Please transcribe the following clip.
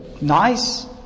nice